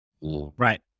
Right